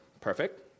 Perfect